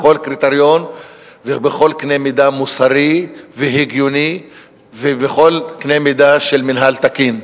בכל קריטריון ובכל קנה מידה מוסרי והגיוני ובכל קנה מידה של מינהל תקין.